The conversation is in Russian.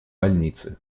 больницы